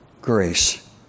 Grace